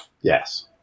Yes